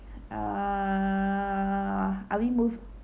uh are we mov~